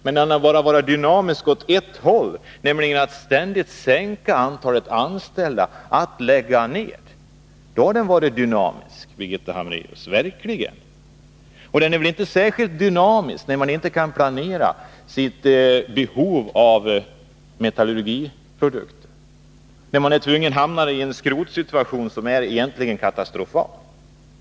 Men den har ju varit dynamisk bara åt ett håll, nämligen åt att minska antalet anställda och lägga ned — då har den verkligen varit dynamisk, Birgitta Hambraeus. Men det är väl inte särskilt dynamiskt att man inte kan planera sitt behov av metallurgiprodukter, att man tvunget hamnar i en skrotsituation som egentligen är katastrofal?